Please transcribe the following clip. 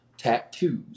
tattoos